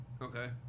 Okay